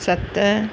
सत